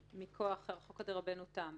מכוח הרחקות דרבנו תם.